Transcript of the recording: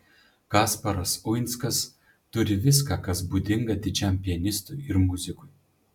kasparas uinskas turi viską kas būdinga didžiam pianistui ir muzikui